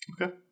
okay